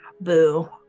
Boo